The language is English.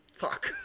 Fuck